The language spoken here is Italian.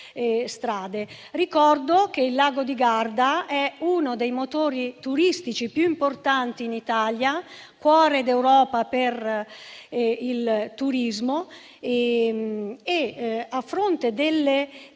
strade. Ricordo che il lago di Garda è uno dei motori turistici più importanti in Italia, cuore d'Europa per il turismo, e che, a fronte delle